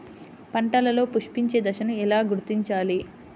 పంటలలో పుష్పించే దశను ఎలా గుర్తించాలి?